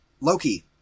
Loki